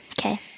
Okay